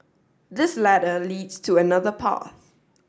this ladder leads to another path